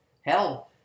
Hell